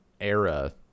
era